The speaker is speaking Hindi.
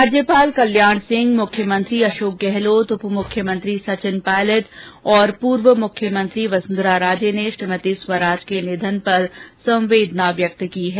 राज्यपाल कल्याण सिंह मुख्यमंत्री अशोक गहलोत उपमुख्यमंत्री सचिन पायलट और पूर्व मुख्यमंत्री वसुंधरा राजे ने श्रीमती स्वराज के निधन पर संवेदना व्यक्त की है